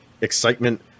excitement